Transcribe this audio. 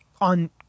on